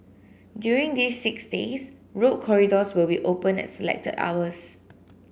during these six days road corridors will be open at selected hours